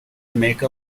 make